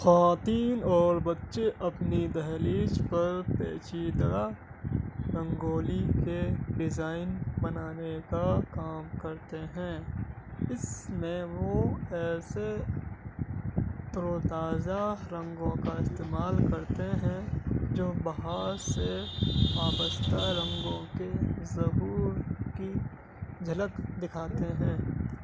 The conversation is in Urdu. خواتین اور بچے اپنی دہلیز پر پیچیدہ رنگولی کے ڈیزائن بنانے کا کام کرتے ہیں اس میں وہ ایسے تر و تازہ رنگوں کا استعمال کرتے ہیں جو بہار سے وابستہ رنگوں کے ظہور کی جھلک دکھاتے ہیں